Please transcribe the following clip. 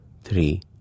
three